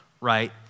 right